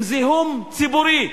עם זיהום ציבורי.